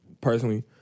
personally